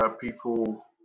people